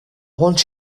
want